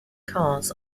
cars